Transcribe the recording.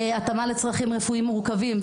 התאמה לצרכים רפואיים מורכבים,